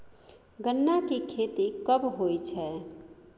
गन्ना की खेती कब होय छै?